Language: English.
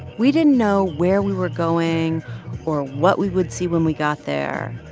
we didn't know where we were going or what we would see when we got there.